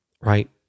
right